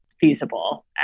feasible